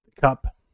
cup